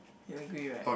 you agree right